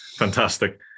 Fantastic